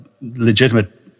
legitimate